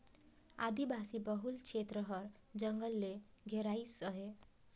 आदिवासी बहुल छेत्र हर जंगल ले घेराइस अहे